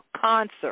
concert